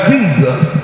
Jesus